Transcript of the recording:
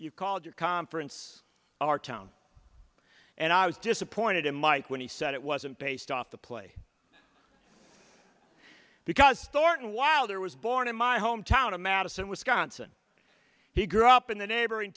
you called your conference our town and i was disappointed in mike when he said it wasn't based off the play because thornton wilder was born in my hometown of madison wisconsin he grew up in the neighboring